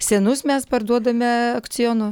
senus mes parduodame akcionu